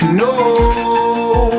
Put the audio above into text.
no